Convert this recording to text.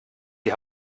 die